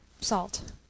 salt